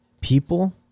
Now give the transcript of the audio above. people